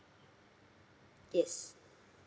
yes